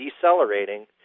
decelerating